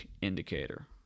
indicator